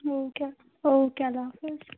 او کے okay اللہ حافظ